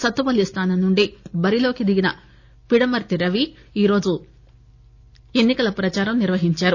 సత్తుపల్లి స్టానం నుండి బరిలోకి దిగిన పిడమర్తి రవి ఈ రోజు ఎన్నికల ప్రదారం నిర్వహించారు